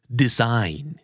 design